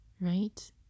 right